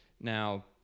Now